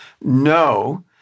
no